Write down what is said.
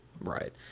Right